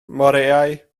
moreau